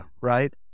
Right